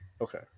Okay